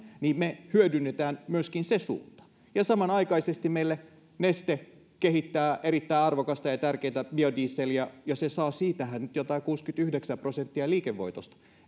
me hyödynnämme myöskin sen suunnan ja samanaikaisesti neste kehittää meille erittäin arvokasta ja ja tärkeätä biodieseliä ja sehän saa siitä jotain kuusikymmentäyhdeksän prosenttia liikevoitosta